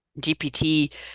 GPT